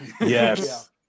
Yes